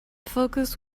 focus